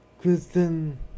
Kristen